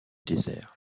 désert